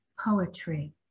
poetry